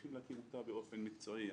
צריכים להקים אותה באופן מקצועי.